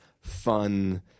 fun